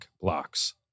blocks